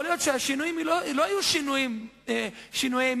יכול להיות שהשינויים לא יהיו שינויי מיקרו,